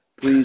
please